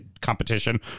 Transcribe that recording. competition